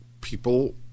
people